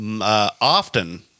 often